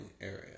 area